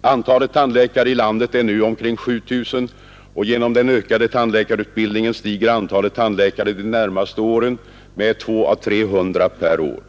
Antalet tandläkare i landet är nu omkring 7 000, och genom den ökade tandläkarutbildningen stiger antalet tandläkare de närmaste åren med 200-300 per år.